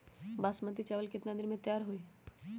बासमती चावल केतना दिन में तयार होई?